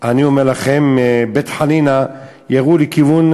אני אומר לכם, מבית-חנינא ירו לכיוון